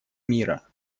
мира